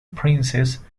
princess